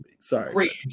Sorry